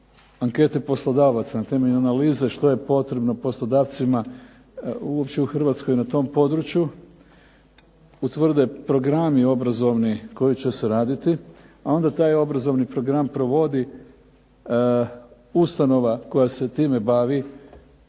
temelju poslodavaca na temelju analize što je potrebno poslodavcima uopće u Hrvatskoj na tom području utvrde programi obrazovni koji će se raditi, a onda taj obrazovni program provodi ustanova koja se time bavi